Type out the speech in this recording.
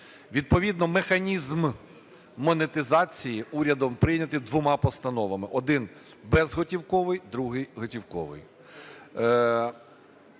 Відповідно механізм монетизації урядом прийнятий двома постановами: один – безготівковий, другий – готівковий.